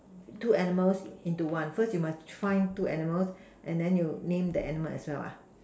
two animals into one first you must find two animals and then you name the animals as well ah